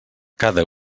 cada